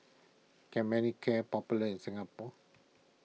can Manicare popular in Singapore